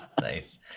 Nice